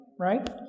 Right